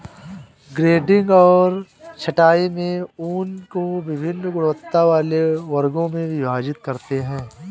grading और छँटाई में ऊन को वभिन्न गुणवत्ता वाले वर्गों में विभाजित करते हैं